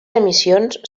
emissions